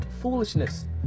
foolishness